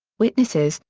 witnesses,